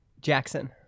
Jackson